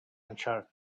answered